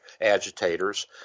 agitators